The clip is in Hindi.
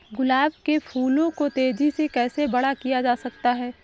गुलाब के फूलों को तेजी से कैसे बड़ा किया जा सकता है?